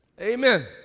Amen